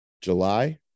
July